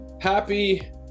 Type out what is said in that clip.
Happy